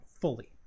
fully